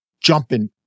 jumping